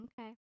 okay